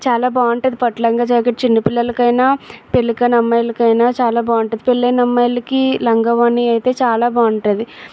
చాలా బాగుంటుంది పట్టు లంగా జాకెట్ చిన్నపిల్లలకు అయిన పెళ్ళికాని అమ్మాయిలకు అయిన చాలా బాగుంటుంది పెళ్ళి అయిన అమ్మాయిలకి లంగా ఓణి అయితే చాలా బాగుంటుంది